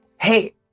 Hey